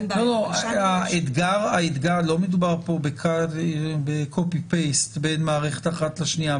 לא מדובר פה בהעתק הדבק בין מערכת אחת לשנייה.